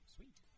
Sweet